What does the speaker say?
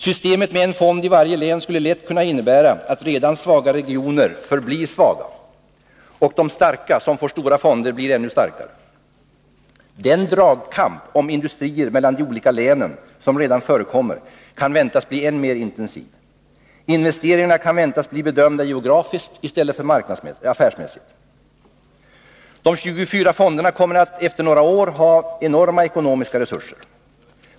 Systemet med en fond i varje län skulle lätt kunna innebära att redan svaga regioner förblir svaga och att de starka — som får stora fonder — blir ännu starkare. Den dragkamp om industrier mellan de olika länen som redan förekommer kan väntas bli ännu mer intensiv. Investeringarna kan väntas bli bedömda geografiskt i stället för affärsmässigt. De 24 fonderna kommer efter några år att ha enorma ekonomiska resurser.